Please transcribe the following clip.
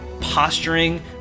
posturing